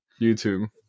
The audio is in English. youtube